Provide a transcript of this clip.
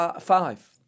five